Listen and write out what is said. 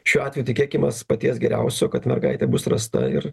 šiuo atveju tikėkimės paties geriausio kad mergaitė bus rasta ir